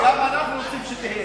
גם אנחנו רוצים שתהיה.